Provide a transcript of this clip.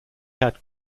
had